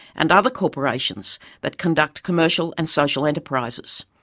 and other corporations that conduct commercial and social enterprises.